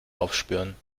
aufspüren